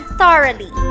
thoroughly